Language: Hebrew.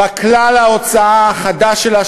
בכלל ההוצאה החדש שלה,